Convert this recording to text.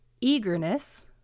Eagerness